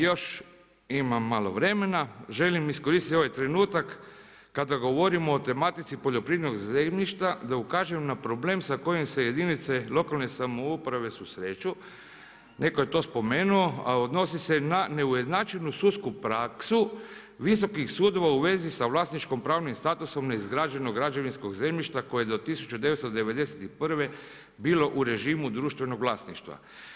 Još imam malo vremena, želim iskoristiti ovaj trenutak kada govorimo o tematici poljoprivrednog zemljišta da ukažem na problem sa kojim se jedinice lokalne samouprave susreću, netko je to spomenuo, a odnosi se na neujednačenu sudsku prasku visokih sudova u vezi sa vlasničko-pravnim statusom neizgrađenog građevinskog zemljišta koje je do 1991. bilo u režimu društvenog vlasništva.